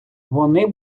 вони